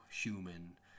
human